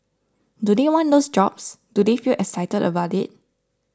do they want those jobs do they feel excited about it